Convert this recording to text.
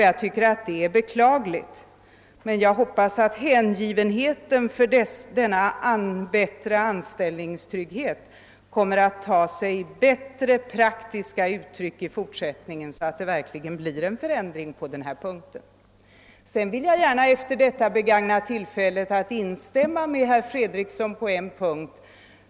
Jag tycker det är beklagligt, men jag hoppas hängivenheten för denna större anställningstrygghet kommer att ta sig bättre praktiska uttryck i fortsättningen, så att det verkligen blir en förändring på denna punkt. Jag vill gärna begagna tillfället att instämma med herr Fredriksson på en punkt.